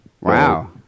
Wow